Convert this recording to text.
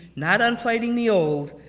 not on fighting the old,